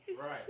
Right